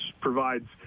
provides